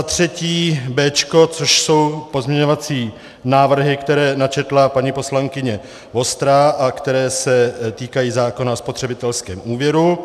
3. B což jsou pozměňovací návrhy, které načetla paní poslankyně Vostrá a které se týkají zákona o spotřebitelském úvěru.